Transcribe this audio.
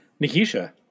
Nikisha